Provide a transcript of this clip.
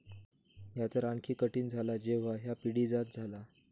ह्या तर आणखी कठीण झाला जेव्हा ह्या पिढीजात झाला